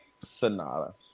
Sonata